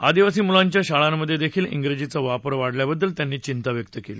आदिवासी मुलांच्या शाळांमधे देखील जिजीचा वापर वाढल्याबद्दल त्यांनी चिंता व्यक्त केली